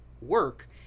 work